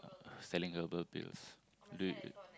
selling herbal pills do you